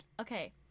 okay